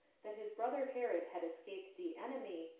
that his brother herod had escaped the enemy,